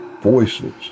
voices